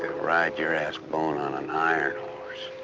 ride your assbone on an iron horse?